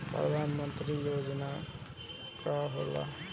प्रधानमंत्री योजना का होखेला?